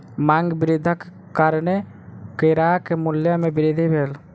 मांग वृद्धिक कारणेँ केराक मूल्य में वृद्धि भेल